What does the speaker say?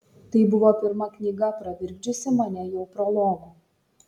tai buvo pirma knyga pravirkdžiusi mane jau prologu